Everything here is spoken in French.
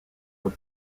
aux